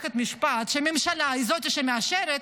למערכת המשפט כשהממשלה היא זו שמאשרת,